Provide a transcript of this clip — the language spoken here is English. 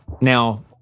now